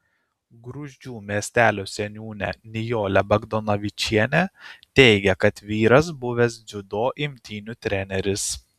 gruzdžių miestelio seniūnė nijolė bagdonavičienė teigė kad vyras buvęs dziudo imtynių treneris